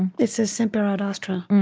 and it says, sempre ad astra.